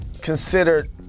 considered